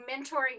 mentoring